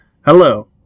Hello